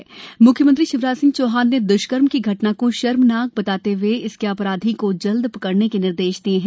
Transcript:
म्ख्यमंत्री शिवराज सिंह चौहान ने द्रष्कर्म की घटना को शर्मनाक बताते हए इसके अपराधी को जल्द पकडने के निर्देश दिए हैं